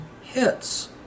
hits